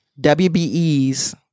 WBEs